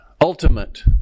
ultimate